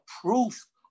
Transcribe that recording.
proof